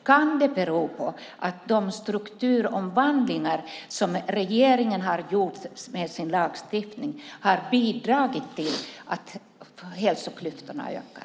Kan det bero på att de strukturomvandlingar som regeringen har gjort med hjälp av lagstiftningen har bidragit till att hälsoklyftorna ökar?